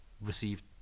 received